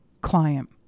client